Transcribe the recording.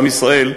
עם ישראל,